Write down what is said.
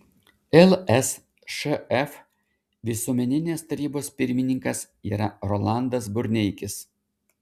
lsšf visuomeninės tarybos pirmininkas yra rolandas burneikis